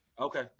Okay